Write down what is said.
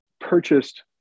purchased